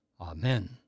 Amen